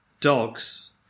dogs